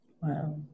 wow